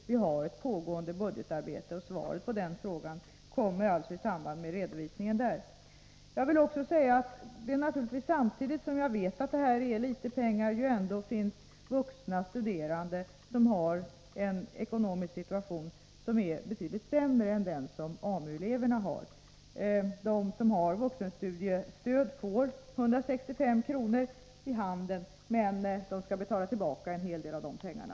Budgetarbetet pågår, och svaret på den frågan kommer alltså i samband med att det arbetet redovisas. Samtidigt som jag vet att det här är litet pengar vill jag säga att det finns vuxna studerande vilkas ekonomiska situation är betydligt sämre än AMU elevernas. De som har vuxenstudiestöd får 165 kr. i handen, men de skall betala tillbaka en hel del av de pengarna.